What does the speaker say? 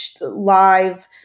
live